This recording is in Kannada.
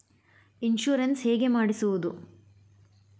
ಇನ್ಶೂರೆನ್ಸ್ ಹೇಗೆ ಮಾಡಿಸುವುದು?